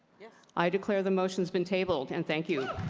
yeah i declare the motion has been tabled, and thank you.